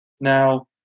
Now